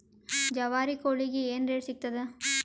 ಜವಾರಿ ಕೋಳಿಗಿ ಏನ್ ರೇಟ್ ಸಿಗ್ತದ?